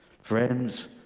Friends